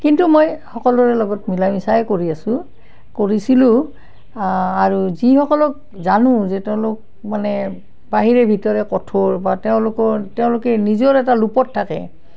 কিন্তু মই সকলোৰে লগত মিলা মিছাই কৰি আছোঁ কৰিছিলোঁ আৰু যিসকলক জানোঁ যে তেওঁলোক মানে বাহিৰে ভিতৰে কঠোৰ বা তেওঁলোকৰ তেওঁলোকে নিজৰ এটা লুপত থাকে